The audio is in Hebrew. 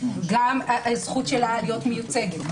גם הזכות שלה להיות מיוצגת.